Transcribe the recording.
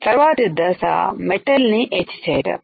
తర్వాతి దశ మెటల్ ని ఎచ్ చేయటం